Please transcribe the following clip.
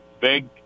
big